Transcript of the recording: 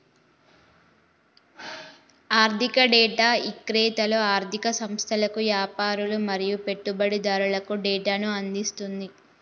ఆర్ధిక డేటా ఇక్రేతలు ఆర్ధిక సంస్థలకు, యాపారులు మరియు పెట్టుబడిదారులకు డేటాను అందిస్తుంది